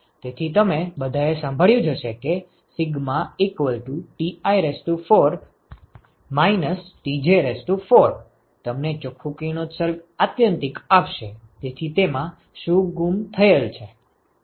તેથી તમે બધાએ સાંભળ્યું જ હશે કે σTi4 Tj4 તમને ચોખ્ખું કિરણોત્સર્ગ આત્યંતિક આપશે તેથી તેમાં શું ગુમ થયેલ છે